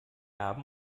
haben